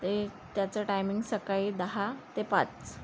ते त्याचं टायमिंग सकाळी दहा ते पाच